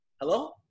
Hello